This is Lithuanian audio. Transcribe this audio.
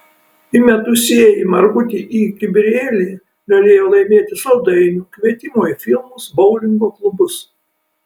įmetusieji margutį į kibirėlį galėjo laimėti saldainių kvietimų į filmus boulingo klubus